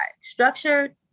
structured